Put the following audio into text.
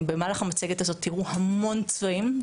במהלך המצגת הזאת תראו המון צבעים.